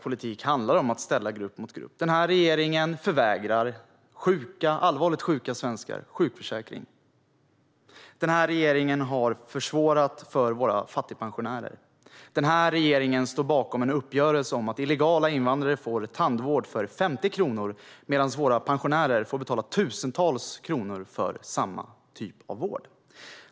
Politik handlar om att ställa grupp mot grupp. Denna regering förvägrar allvarligt sjuka svenskar sjukförsäkring. Denna regering har försvårat för våra fattigpensionärer. Denna regering står bakom en uppgörelse om att illegala invandrare får tandvård för 50 kronor medan våra pensionärer får betala tusentals kronor för samma typ av vård.